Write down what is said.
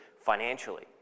financially